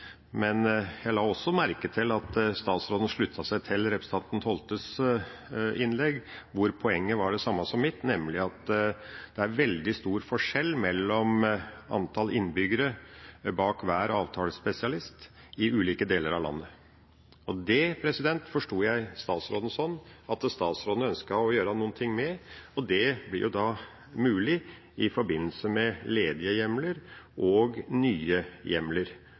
Men jeg la også merke til at statsråden sluttet seg til representanten Holthes innlegg, hvor poenget var det samme som mitt, nemlig at det er veldig stor forskjell på antallet innbyggere bak hver avtalespesialist i ulike deler av landet. Jeg forsto statsråden sånn at han ønsket å gjøre noe med det, og det blir jo mulig i forbindelse med ledige hjemler og nye hjemler.